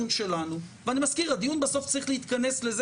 אני מזכיר: בסוף הדיון צריך להתכנס לזה